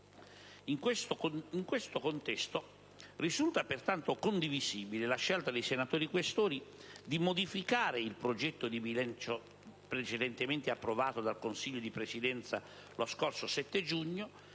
In questo contesto, risulta pertanto condivisibile la scelta dei senatori Questori di modificare il progetto di bilancio, precedentemente approvato dal Consiglio di Presidenza lo scorso 7 giugno,